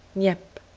nieppe.